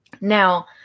Now